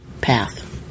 path